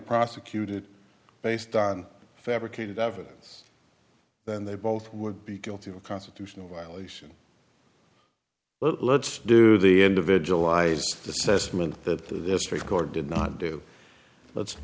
prosecuted based on fabricated evidence then they both would be guilty of a constitutional violation let's do the individual eyes assessment that the district court did not do let's